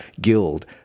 guild